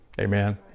Amen